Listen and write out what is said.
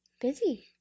busy